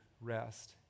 rest